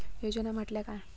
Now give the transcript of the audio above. योजना म्हटल्या काय?